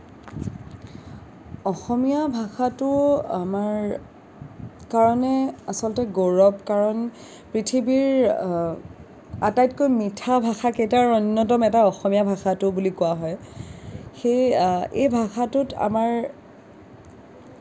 অসমীয়া ভাষাটো আমাৰ কাৰণে আচলতে গৌৰৱ কাৰণ পৃথিৱীৰ আটাইতকৈ মিঠা ভাষাকেইটাৰ অন্যতম এটা অসমীয়া ভাষাটো বুলি কোৱা হয় সেই এই ভাষাটোত আমাৰ